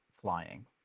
flying